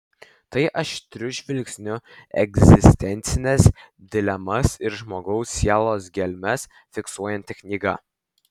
tai aštriu žvilgsniu egzistencines dilemas ir žmogaus sielos gelmę fiksuojanti knyga